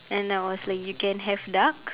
and I was like you can have duck